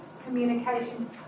Communication